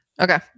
Okay